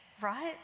right